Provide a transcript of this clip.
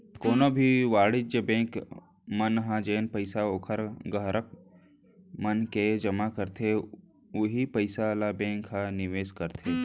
कोनो भी वाणिज्य बेंक मन ह जेन पइसा ओखर गराहक मन ह जमा करथे उहीं पइसा ल बेंक ह निवेस करथे